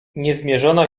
niezmierzona